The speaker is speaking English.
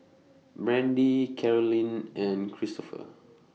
Brandie Carolyn and Christoper